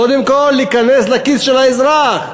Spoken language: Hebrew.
קודם כול להיכנס לכיס של האזרח.